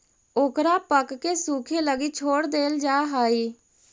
ओकरा पकके सूखे लगी छोड़ देल जा हइ